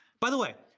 by the way,